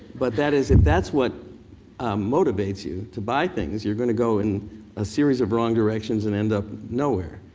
but that is, if that's what motivates you to buy things, you're gonna go in a series of wrong directions and end up nowhere.